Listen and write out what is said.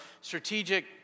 strategic